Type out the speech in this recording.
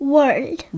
World